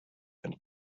and